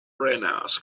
runners